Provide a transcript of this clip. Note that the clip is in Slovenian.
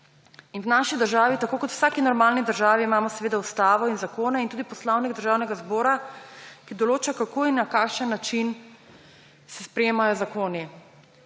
In v naši državi tako kot v vsaki normalni državi imamo seveda Ustavo in zakone in tudi Poslovnik Državnega zbora, ki določa, kako in na kakšen način se sprejemajo zakoni.